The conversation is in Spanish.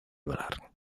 hablar